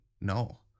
No